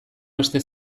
beste